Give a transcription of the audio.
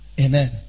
amen